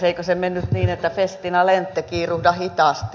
eikö se mennyt niin että festina lente kiiruhda hitaasti